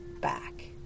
back